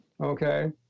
okay